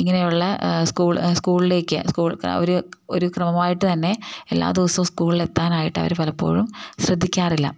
ഇങ്ങനെയുള്ള സ്കൂൾ സ്കൂളിലേക്ക് സ്കൂൾ അവർ ഒരു ക്രമമായിട്ട് തന്നെ എല്ലാ ദിവസവും സ്കൂളിലെത്താനായിട്ട് അവർ പലപ്പോഴും ശ്രദ്ധിക്കാറില്ല